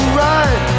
right